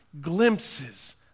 glimpses